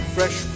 Fresh